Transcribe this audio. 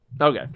Okay